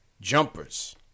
Jumpers